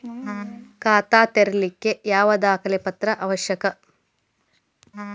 ಖಾತಾ ತೆರಿಲಿಕ್ಕೆ ಯಾವ ದಾಖಲೆ ಪತ್ರ ಅವಶ್ಯಕ?